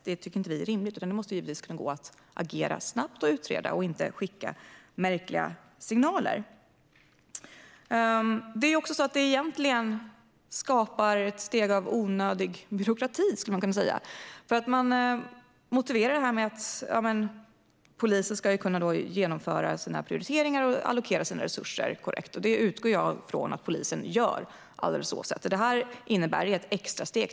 Vi tycker inte att det är rimligt, utan det måste givetvis kunna gå att agera snabbt och utreda och inte på detta vis skicka märkliga signaler. Det här skapar egentligen också ett steg av onödig byråkrati, skulle man kunna säga. Man motiverar det här med att polisen ska kunna genomföra sina prioriteringar och allokera sina resurser korrekt. Det utgår jag från att polisen gör ändå. Vad det här innebär är ett extrasteg.